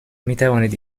میتوانید